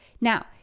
now